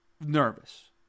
nervous